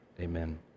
Amen